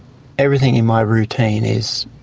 everything in my routine is